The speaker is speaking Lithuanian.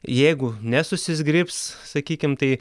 jeigu nesusizgribs sakykim tai